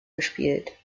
gespielt